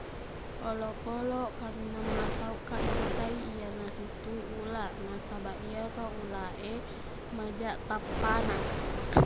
Olokkoloq kaminang matauqkaq mitai iyanaritu ulaq nasabaq iyero ulaq e majaq tappana